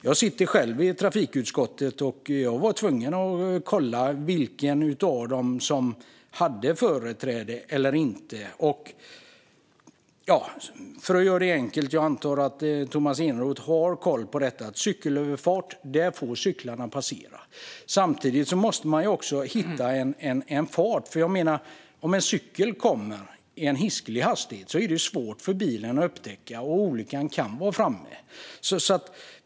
Jag sitter själv i trafikutskottet, och jag var tvungen att kolla vid vilken av dem som en cyklist har företräde och inte. För att göra det enkelt: Jag antar att Tomas Eneroth har koll på att vid cykelöverfart får cyklarna passera. Samtidigt handlar det också om farten, för jag menar att om en cykel kommer i en hiskelig hastighet är det svårt för en bil att upptäcka den, och då kan olyckan vara framme.